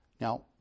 Now